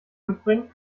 mitbringen